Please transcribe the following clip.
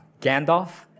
Gandalf